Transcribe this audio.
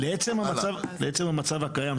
לעצם המצב הקיים.